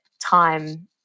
time